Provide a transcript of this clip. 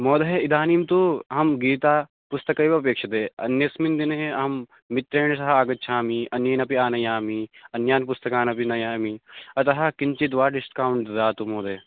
महोदय इदानीं तु अहं गीता पुस्तकमेव अपेक्ष्यते अन्यस्मिन् दिने अहं मित्रेण सह आगच्छामि अन्यानपि आनयामि अन्यानि पुस्तकानि अपि नयामि अतः किञ्चित् वा डिस्कौण्ड् ददातु महोदय